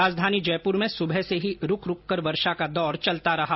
राजधानी जयपुर में सुबह से ही रूक रूक कर वर्षा का दौर चलता रहा